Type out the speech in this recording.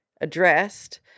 addressed